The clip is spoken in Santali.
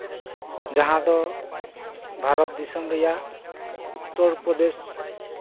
ᱡᱟᱸᱦᱟ ᱫᱚ ᱵᱷᱟᱨᱚᱛ ᱫᱤᱥᱚᱢ ᱨᱮᱭᱟᱜ ᱩᱛᱛᱚᱨ ᱯᱚᱨᱫᱮᱥ